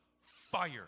fire